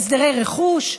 הסדרי רכוש.